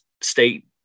state